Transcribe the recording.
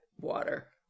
water